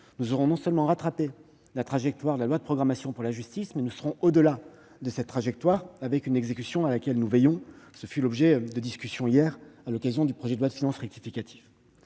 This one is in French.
nous aurons non seulement rattrapé la trajectoire de la loi de programmation pour la justice, mais nous serons même au-delà, avec une exécution à laquelle nous veillons, et qui a été l'objet de discussions, hier, à l'occasion de l'examen du projet de loi de finances rectificative.